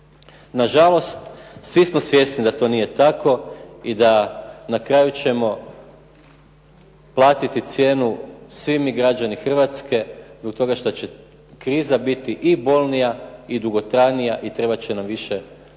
Nažalost, svi smo svjesni da to nije tako i da na kraju ćemo platiti cijenu svi mi građani Hrvatske zbog toga što će kriza biti i bolnija i dugotrajnija i trebat će nam više da